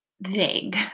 vague